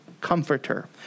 comforter